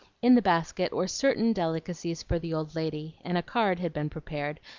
in the basket were certain delicacies for the old lady, and a card had been prepared,